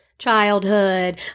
childhood